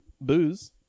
booze